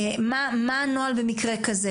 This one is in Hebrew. מה הנוהל במקרה כזה,